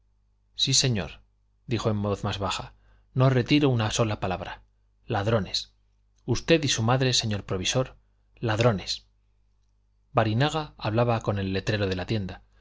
sí señor dijo en voz más baja no retiro una sola palabra ladrones usted y su madre señor provisor ladrones barinaga hablaba con el letrero de la tienda